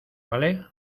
vale